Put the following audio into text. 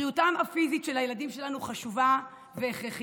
בריאותם הפיזית של הילדים שלנו חשובה והכרחית,